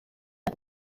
are